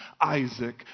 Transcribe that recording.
Isaac